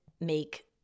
make